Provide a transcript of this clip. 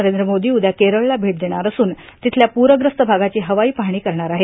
नरेंद्र मोदी उद्या केरळला भेट देणार असून तिथल्या पूरग्रस्त भागाची हवाई पाहणी करणार आहेत